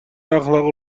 اخلاق